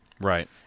Right